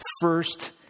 first